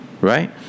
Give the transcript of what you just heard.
right